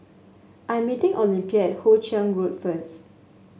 I'm meeting Olympia at Hoe Chiang Road first